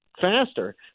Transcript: faster